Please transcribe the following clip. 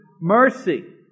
mercy